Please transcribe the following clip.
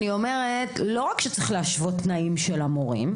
לא רק שצריך להשוות תנאים של המורים,